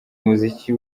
umuziki